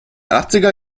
achtziger